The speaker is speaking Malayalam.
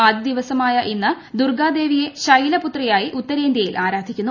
ആദ്യ ദിവസമായ ഇന്ന് ദുർഗാ ദേവിയെ ശൈലപുത്രിയായി ഉത്തരേന്തൃയിൽ ആരാധിക്കുന്നു